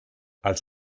els